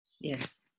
Yes